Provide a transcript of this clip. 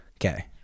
Okay